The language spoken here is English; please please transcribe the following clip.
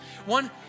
One